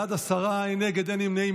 בעד, עשרה, אין נגד, אין נמנעים.